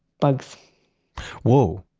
bugs whoa,